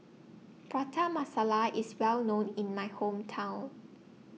Prata Masala IS Well known in My Hometown